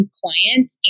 clients